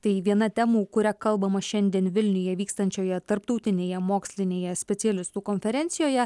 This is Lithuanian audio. tai viena temų kuria kalbama šiandien vilniuje vykstančioje tarptautinėje mokslinėje specialistų konferencijoje